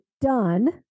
done